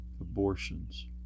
abortions